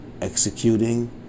executing